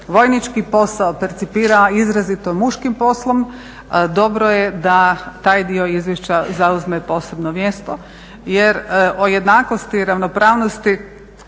vojnički posao percipira izrazito muškim poslom dobro je da taj dio izvješća zauzme posebno mjesto. Jer o jednakosti i ravnopravnosti